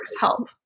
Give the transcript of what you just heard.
help